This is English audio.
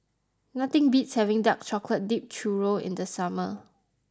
nothing beats having Dark Chocolate Dipped Churro in the summer